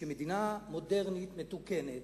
שמדינה מודרנית, מתוקנת,